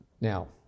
Now